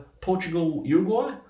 Portugal-Uruguay